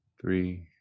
Three